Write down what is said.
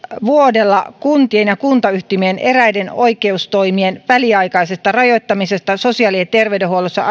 vuodella kuntien ja kuntayhtymien eräiden oikeustoimien väliaikaisesta rajoittamisesta sosiaali ja ja terveydenhuollossa